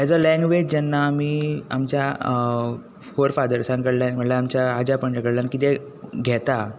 as a language जेन्ना आमी आमच्या फोर फादर्सां कडल्यान म्हणल्यार आमच्या आज्या पणज्या कडल्यान कितेंंय घेता